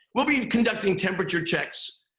we'll be conducting temperature checks.